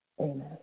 Amen